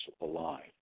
alive